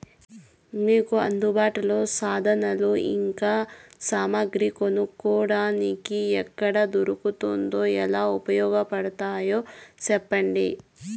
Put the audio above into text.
మీకు అందుబాటులో సాధనాలు ఇంకా సామగ్రి కొనుక్కోటానికి ఎక్కడ దొరుకుతుందో ఎలా ఉపయోగపడుతాయో సెప్పండి?